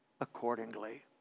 accordingly